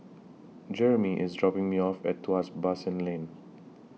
Jeramy IS dropping Me off At Tuas Basin Lane